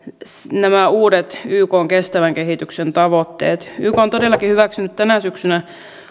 nämä uudet ykn kestävän kehityksen tavoitteet yk on todellakin hyväksynyt tänä syksynä